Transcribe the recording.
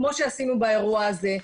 כמו שעשינו באירוע הזה.